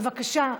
בבקשה,